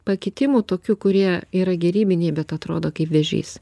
pakitimų tokių kurie yra gerybiniai bet atrodo kaip vėžys